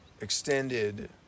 extended